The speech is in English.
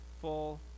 full